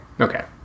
Okay